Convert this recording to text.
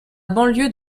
banlieue